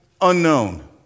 unknown